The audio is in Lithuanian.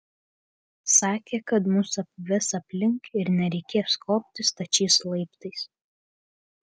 sakė kad mus apves aplink ir nereikės kopti stačiais laiptais